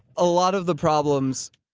a lot of the problems.